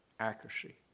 Accuracy